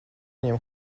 viņiem